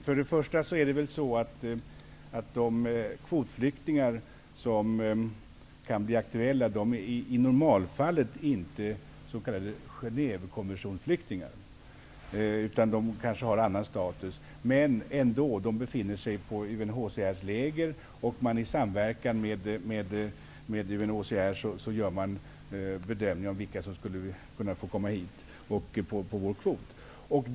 Fru talman! För det första är det så att de kvotflyktingar som kan bli aktuella i normalfallet inte är s.k. Genèvekonventionsflyktingar. De kanske har en annan status. Men de befinner sig ändå på UNHCR:s läger, och i samverkan med UNHCR gör man bedömningar av vilka som skulle få komma hit på vår kvot.